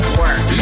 work